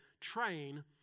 train